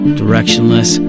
directionless